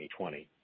2020